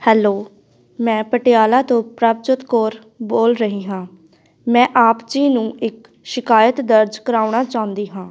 hello ਮੈਂ ਪਟਿਆਲਾ ਤੋਂ ਪ੍ਰਭਜੋਤ ਕੌਰ ਬੋਲ ਰਹੀ ਹਾਂ ਮੈਂ ਆਪ ਜੀ ਨੂੰ ਇੱਕ ਸ਼ਿਕਾਇਤ ਦਰਜ ਕਰਵਾਉਣਾ ਚਾਹੁੰਦੀ ਹਾਂ